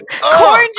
corn